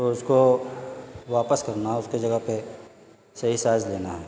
تو اس کو واپس کرنا اس کی جگہ پہ صحیح سائز دینا ہے